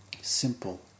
simple